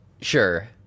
sure